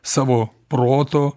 savo proto